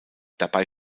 dabei